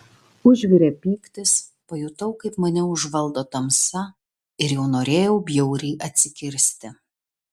užvirė pyktis pajutau kaip mane užvaldo tamsa ir jau norėjau bjauriai atsikirsti